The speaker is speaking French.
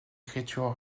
écritures